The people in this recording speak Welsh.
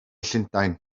llundain